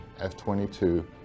F-22